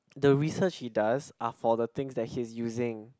the research he does are for the things that he's using